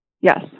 Yes